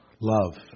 love